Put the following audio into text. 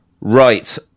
Right